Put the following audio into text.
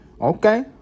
okay